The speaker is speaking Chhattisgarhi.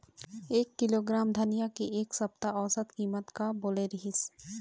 एक किलोग्राम धनिया के एक सप्ता औसत कीमत का बोले रीहिस?